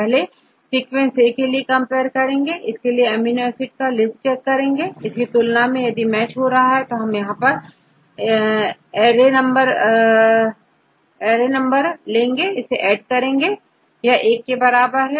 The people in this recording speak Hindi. पहले सीक्वेंस A के लिए कंपेयर करेंगे इसके लिए एमिनो एसिड की लिस्ट चेक करेंगे इसकी तुलना में यदि मैच हो रहा है तो हम यहां array numberइसे ऐड करेंगे यहांA एक के बराबर है